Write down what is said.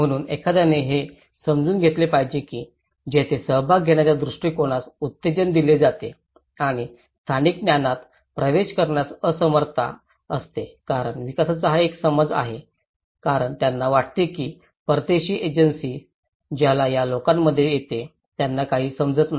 म्हणून एखाद्याने हे समजून घेतले पाहिजे की तेथे सहभाग घेण्याच्या दृष्टिकोनास उत्तेजन दिले जाते आणि स्थानिक ज्ञानात प्रवेश करण्यास असमर्थता असते कारण विकासाचा हा एक समज आहे कारण त्यांना वाटते की परदेशी एजन्सीज ज्याला या लोकांमध्ये येते त्यांना काही समजत नाही